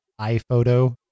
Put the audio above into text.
iPhoto